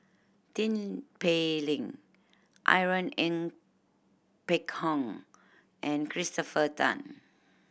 Tin Pei Ling Irene Ng Phek Hoong and Christopher Tan